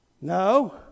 No